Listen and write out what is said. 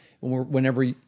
Whenever